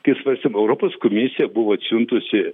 kai svarstėm europos komisija buvo atsiuntusi